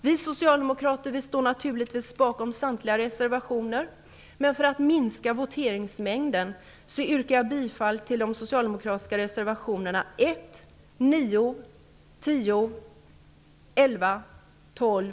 Vi socialdemokrater står naturligtvis bakom samtliga reservationer, men för att minska voteringstiden yrkar jag bifall till de socialdemokratiska reservationerna 1, 9, 10, 11, 12,